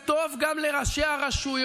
זה טוב גם לראשי הרשויות,